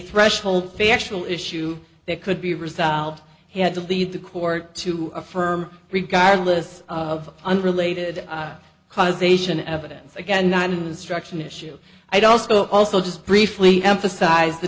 threshold factual issue that could be resolved had to leave the court to affirm regardless of unrelated causation evidence again not in the struction issue i'd also also just briefly emphasize the